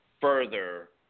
further